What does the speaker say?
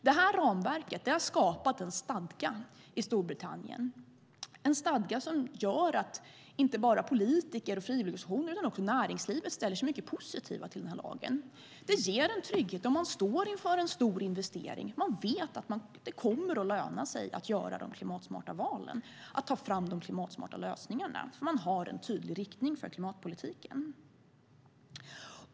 Detta ramverk har skapat en stadga i Storbritannien - en stadga som gör att inte bara politiker och frivilligorganisationer utan också näringslivet ställer sig mycket positiv till lagen. Det ger en trygghet om man står inför en stor investering. Man vet att det kommer att löna sig att göra de klimatsmarta valen och ta fram de klimatsmarta lösningarna, för det finns en tydlig riktning för klimatpolitiken.